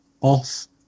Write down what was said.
off